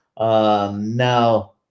now